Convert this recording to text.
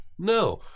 No